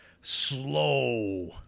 slow